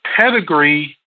pedigree